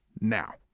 now